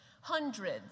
Hundreds